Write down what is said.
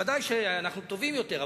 ודאי שאנחנו טובים יותר,